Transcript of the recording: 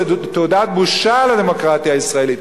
וזאת תעודת בושה לדמוקרטיה הישראלית.